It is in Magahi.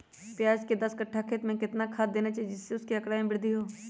प्याज के दस कठ्ठा खेत में कितना खाद देना चाहिए जिससे उसके आंकड़ा में वृद्धि हो?